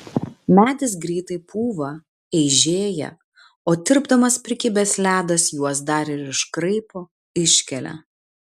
medis greitai pūva eižėja o tirpdamas prikibęs ledas juos dar ir iškraipo iškelia